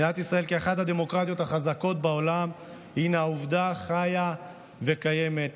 כאחת הדמוקרטיות החזקות בעולם מדינת ישראל הינה עובדה חיה וקיימת,